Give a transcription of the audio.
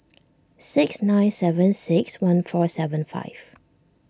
six nine seven six one four seven five